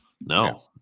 No